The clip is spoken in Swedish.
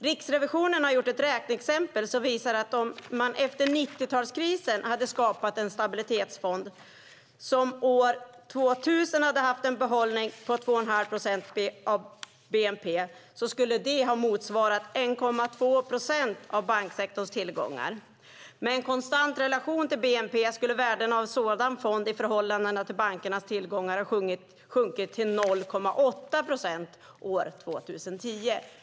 Riksrevisionen har gjort ett räkneexempel som visar att om man efter 90-talskrisen hade skapat en stabilitetsfond som år 2000 haft en behållning på 2,5 procent av bnp skulle det ha motsvarat 1,2 procent av banksektorns tillgångar. Med en konstant relation till bnp skulle värdet av en sådan fond i förhållande till bankernas tillgångar ha sjunkit till 0,8 procent år 2010.